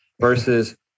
versus